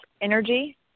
energy